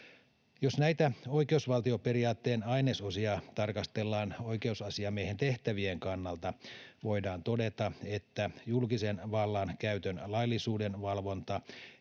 Jos näitä oikeusvaltioperiaatteen ainesosia tarkastellaan oikeusasiamiehen tehtävien kannalta, voidaan todeta, että julkisen vallan käytön laillisuuden valvonta